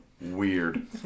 Weird